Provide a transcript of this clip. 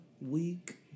week